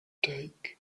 take